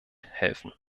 helfen